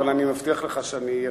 אבל אני מבטיח לך שאני אהיה,